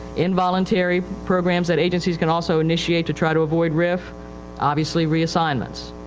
involuntary programs that agencies can also initiate to try to avoid rif obviously reassignments.